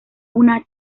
una